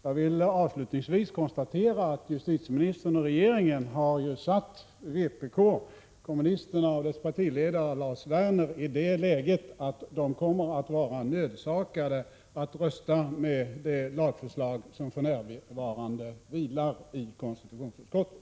Jag vill avslutningsvis konstatera att justitieministern och regeringen har satt kommunisterna och deras partiledare Lars Werner i det läget att de kommer att vara nödsakade att rösta för det lagförslag som för närvarande vilar i konstitutionsutskottet.